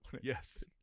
Yes